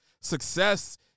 Success